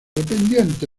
dependiente